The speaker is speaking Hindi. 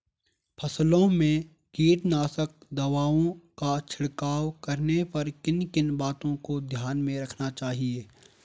फसलों में कीटनाशक दवाओं का छिड़काव करने पर किन किन बातों को ध्यान में रखना चाहिए?